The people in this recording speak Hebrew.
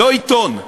לא עיתון.